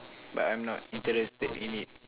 but I'm not interested in it